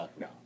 no